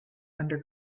under